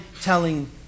telling